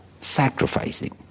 sacrificing